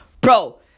bro